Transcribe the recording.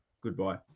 Goodbye